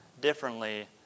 differently